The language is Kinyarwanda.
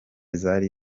zari